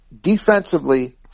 defensively